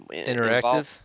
Interactive